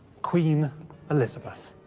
queen elizabeth.